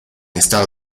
estado